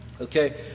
Okay